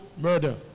murder